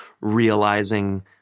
realizing